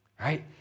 right